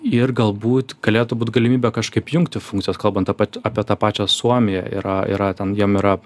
ir galbūt galėtų būt galimybė kažkaip jungti funkcijas kalbant apie t apie tą pačią suomiją yra yra ten jiem yra